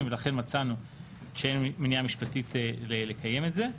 ולכן מצאנו שאין מניעה משפטית לקיים את זה.